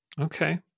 okay